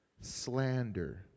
slander